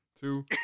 two